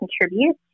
contribute